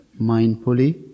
mindfully